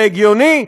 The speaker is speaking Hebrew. זה הגיוני?